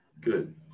Good